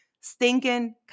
stinking